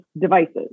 devices